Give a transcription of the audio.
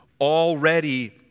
already